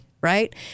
right